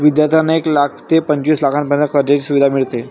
विद्यार्थ्यांना एक लाख ते पंचवीस लाखांपर्यंत कर्जाची सुविधा मिळते